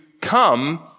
come